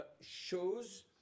shows